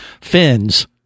fins